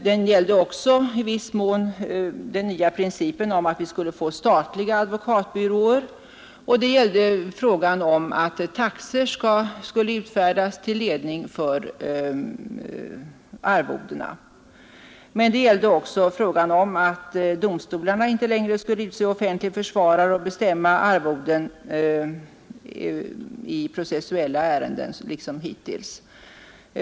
Den gällde emellertid i viss mån också den nya principen om att vi skulle få statliga advokatbyråer samt förslaget att taxor skulle fastställas till ledning för arvodena, men den gällde även frågan om att domstolarna inte längre liksom hittills skulle utse offentlig försvarare och bestämma arvoden i processuella ärenden.